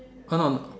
oh no no no